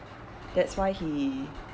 that's why he